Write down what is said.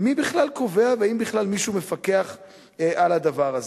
מי בכלל קובע והאם בכלל מישהו מפקח על הדבר הזה?